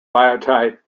biotite